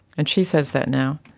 and she says that now.